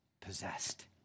possessed